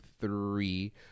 three